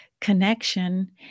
connection